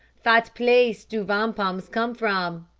fat place do vampums come from?